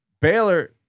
Baylor